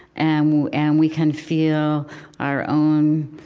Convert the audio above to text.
and we and we can feel our own